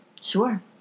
Sure